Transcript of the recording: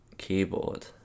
keyboard